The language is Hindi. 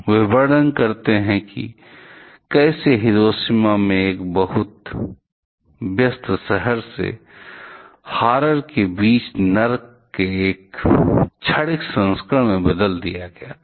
वे वर्णन करते हैं कि कैसे हिरोशिमा एक बहुत व्यस्त शहर से हॉरर के बीच नर्क के एक क्षणिक संस्करण में बदल गया था